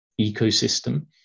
ecosystem